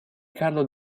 carlo